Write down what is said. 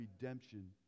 redemption